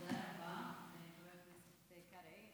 תודה רבה לחבר הכנסת קרעי.